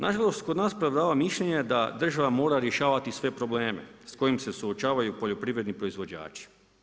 Nažalost, kod nas prevladava mišljenje da država mora rješavati sve probleme s kojim se suočavaju poljoprivredni proizvođači.